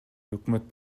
өкмөт